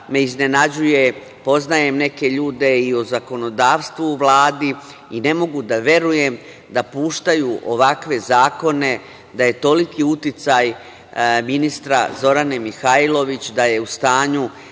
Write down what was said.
me iznenađuje, poznajem neke ljude i u zakonodavstvu u Vladi, ne mogu da verujem da puštaju ovakve zakone, da je toliki uticaj ministra Zorane Mihajlović, da je u stanju